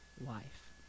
life